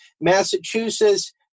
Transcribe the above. Massachusetts